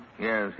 Yes